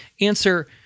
answer